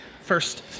first